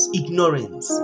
ignorance